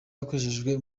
yakoreshejwe